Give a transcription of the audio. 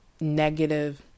negative